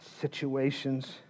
situations